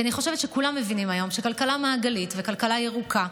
כי אני חושבת שכולם מבינים היום שכלכלה מעגלית וכלכלה ירוקה,